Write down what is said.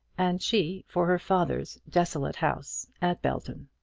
and she for her father's desolate house at belton.